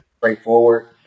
straightforward